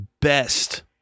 best